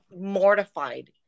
mortified